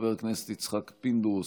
חבר הכנסת יצחק פינדרוס,